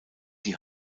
die